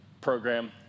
program